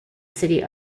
city